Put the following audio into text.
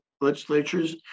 legislatures